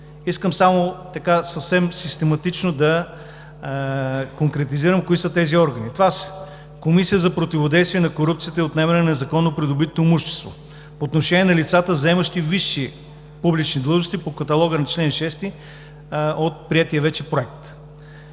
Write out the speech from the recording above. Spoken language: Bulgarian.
Искам съвсем систематично да конкретизирам кои са тези органи. Това са Комисията за противодействие на корупцията и отнемане на незаконно придобитото имущество по отношение на лицата, заемащи висши публични длъжности по каталога на чл. 6 от приетия вече Проект;